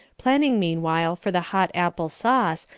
planning meanwhile for the hot apple sauce,